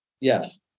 Yes